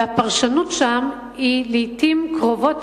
והפרשנות שם היא לעתים קרובות,